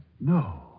No